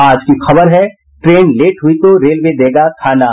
आज की खबर है ट्रेन लेट हुई तो रेलवे देगा खाना